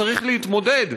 צריך להתמודד,